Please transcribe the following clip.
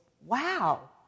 wow